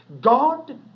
God